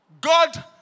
God